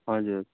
हजुर